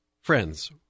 friends